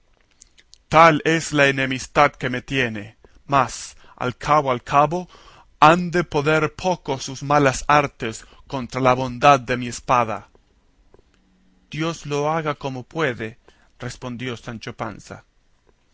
tal es la enemistad que me tiene mas al cabo al cabo han de poder poco sus malas artes contra la bondad de mi espada dios lo haga como puede respondió sancho panza